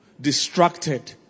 Distracted